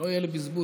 שלא יהיה לי בזבוז.